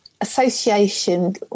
association